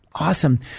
awesome